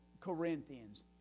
Corinthians